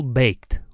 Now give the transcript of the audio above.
baked